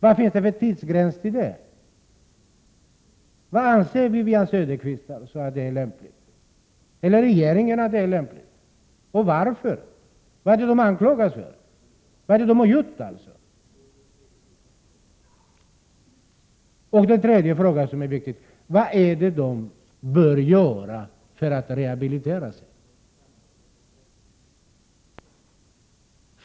Vad finns det för tidsgräns för detta? Vad anser Wivi-Anne Cederqvist är lämpligt? Och vad anser regeringen? Och vad är det de anklagas för att ha gjort? En annan viktig fråga: Vad är det de bör göra för att rehabilitera sig?